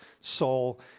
soul